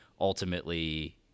ultimately